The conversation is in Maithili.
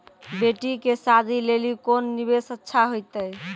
बेटी के शादी लेली कोंन निवेश अच्छा होइतै?